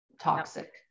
toxic